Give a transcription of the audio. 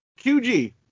qg